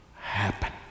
happen